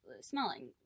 smelling